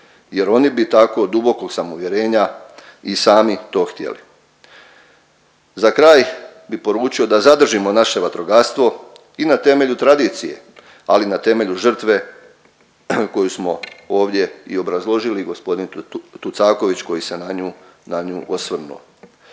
jer oni bi tako, dubokog sam uvjerenja i sami to htjeli. Za kraj bi poručio da zadržimo naše vatrogastvo i na temelju tradicije, ali i na temelju žrtve koju smo ovdje i obrazložili, g. Tucaković koji se na nju osvrnuo.